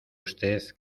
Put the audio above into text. usted